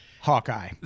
Hawkeye